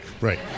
Right